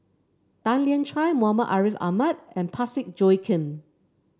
Tan Lian Chye Muhammad Ariff Ahmad and Parsick Joaquim